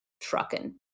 trucking